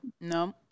no